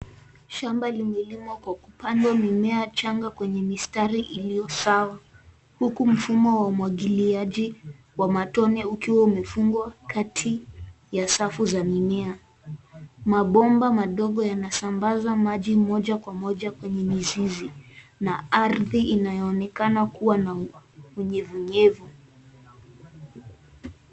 Shamba limelimwa kwa kupandwa mimea changa kwenye mistari iliyo sawa huku mfumo wa umwagiliaji wa matone ukiwa umefungwa kati ya safu za mimea. Mabomba madogo yanasambaza maji moja kwa moja kwenye mizizi na ardhi inayoonekana kuwa na unyevunyevu.